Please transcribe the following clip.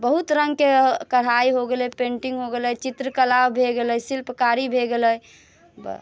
बहुत रङ्गके कढ़ाइ हो गेलै पेन्टिंग हो गेलै चित्रकला भए गेलै शिल्पकारी भए गेलै बस